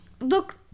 Look